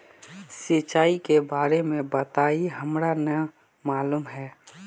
सिंचाई के बारे में बताई हमरा नय मालूम है?